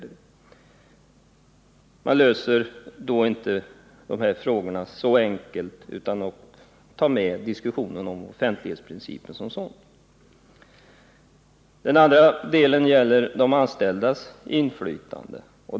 Det är inte så enkelt att lösa dessa frågor utan att ta med diskussionen om offentlighetsprincipen. Vidare har man att ta hänsyn till de anställdas inflytande.